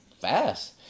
fast